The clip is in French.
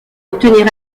obtenir